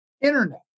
Internet